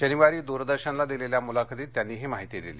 शनिवारी द्रदर्शनला दिलेल्या मुलाखतीत त्यांनी ही माहिती दिली